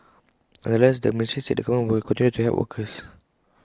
nonetheless the ministry said the government will continue to help workers